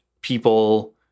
people